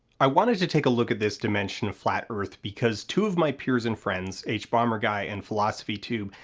i wanted to take a look at this dimension of flat earth because two of my peers and friends, h bomberguy and philosophy tube,